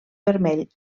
vermell